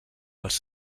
dels